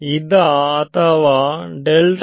ಇದಾ ಅಥವಾ ಇದಾ